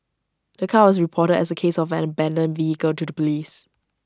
the car was reported as A case of an abandoned vehicle to the Police